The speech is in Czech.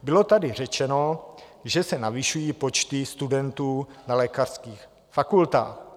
Bylo tady řečeno, že se navyšují počty studentů na lékařských fakultách.